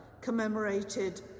commemorated